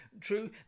true